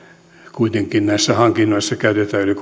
kuitenkin näissä hankinnoissa käytetään yli